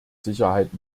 sicherheit